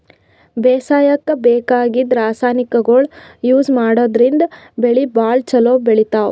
ಬೇಸಾಯಕ್ಕ ಬೇಕಾಗಿದ್ದ್ ರಾಸಾಯನಿಕ್ಗೊಳ್ ಯೂಸ್ ಮಾಡದ್ರಿನ್ದ್ ಬೆಳಿ ಭಾಳ್ ಛಲೋ ಬೆಳಿತಾವ್